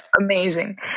Amazing